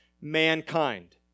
mankind